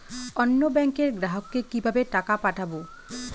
অন্য ব্যাংকের গ্রাহককে কিভাবে টাকা পাঠাবো?